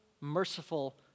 merciful